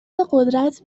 قدرت